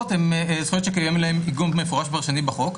זכויות שקיים להם עיגון מפורש כבר שנים בחוק,